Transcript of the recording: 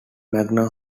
magna